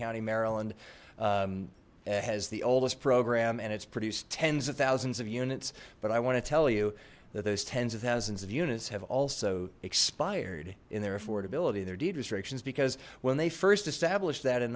county maryland has the oldest program and it's produced tens of thousands of units but i want to tell you that those tens of thousands of units have also expired in their affordability in their deed restrictions because when they first established that in